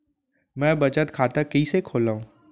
मै बचत खाता कईसे खोलव?